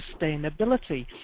Sustainability